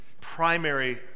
primary